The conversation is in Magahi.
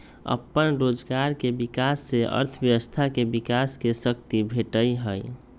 अप्पन रोजगार के विकास से अर्थव्यवस्था के विकास के शक्ती भेटहइ